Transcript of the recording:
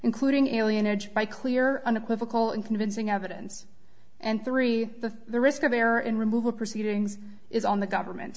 including alien edged by clear unequivocal and convincing evidence and three the the risk of error in removal proceedings is on the government